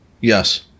yes